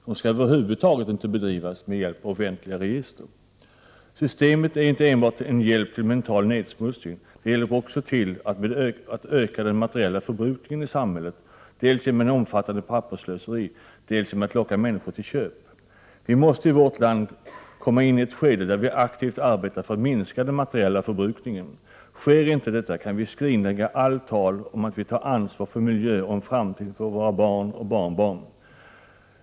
Den skall över huvud taget inte bedrivas med hjälp av offentliga register. Systemet är inte enbart en hjälp till mental nedsmutsning — det hjälper också till med att öka den materiella förbrukningen i samhället, dels genom ett omfattande pappersslöseri, dels genom att locka människor till köp. Vi måste i vårt land komma in i ett skede där vi aktivt arbetar för att minska den materiella förbrukningen. Sker icke detta, kan vi skrinlägga allt tal om att vi tar ansvar för miljön och för en framtid för barn och barnbarn.